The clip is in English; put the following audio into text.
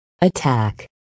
attack